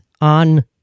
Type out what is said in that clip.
on